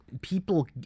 people